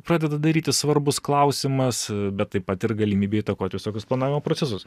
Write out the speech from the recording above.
pradeda darytis svarbus klausimas bet taip pat ir galimybė įtakoti visokius planavimo procesus